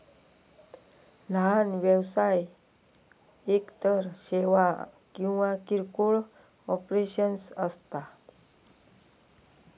लहान व्यवसाय एकतर सेवा किंवा किरकोळ ऑपरेशन्स असता